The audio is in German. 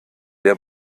der